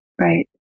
right